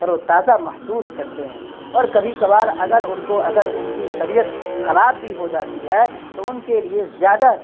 تر و تازہ محسوس کرتے ہیں اور کبھی کبھار اگر ان کو اگر ان کی طبیعت خراب بھی ہو جاتی ہے تو ان کے لیے زیادہ